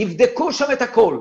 יבדקו שם את הכול.